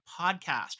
podcast